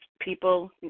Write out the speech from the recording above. people